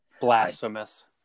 Blasphemous